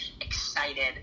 excited